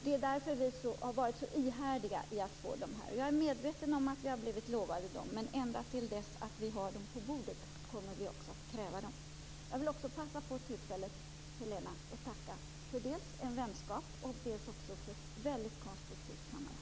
Det är därför som vi har varit så ihärdiga i att få dessa. Jag är medveten om att vi har blivit lovade dem, men ända till dess att vi har dem på bordet kommer vi också att kräva dem. Jag vill också passa på tillfället, Helena, att tacka för dels en vänskap, dels för väldigt konstruktivt samarbete.